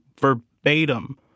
verbatim